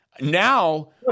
Now